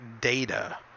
data